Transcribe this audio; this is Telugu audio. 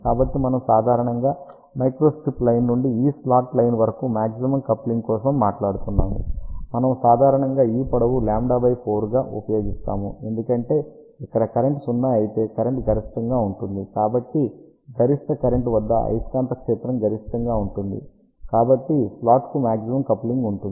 కాబట్టి మనము సాధారణంగా మైక్రోస్ట్రిప్ లైన్ నుండి ఈ స్లాట్ లైన్ వరకు మాగ్జిమం కప్లింగ్ కోసం మాట్లాడుతున్నాము మనము సాధారణంగా ఈ పొడవు సుమారు λ4 గా ఉపయోగిస్తాము ఎందుకంటే ఇక్కడ కరెంట్ సున్నా అయితే కరెంట్ గరిష్టంగా ఉంటుంది కాబట్టి గరిష్ట కరెంట్ వద్ద అయస్కాంత క్షేత్రం గరిష్టంగా ఉంటుంది కాబట్టి స్లాట్కు మాగ్జిమం కప్లింగ్ ఉంటుంది